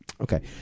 okay